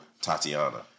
Tatiana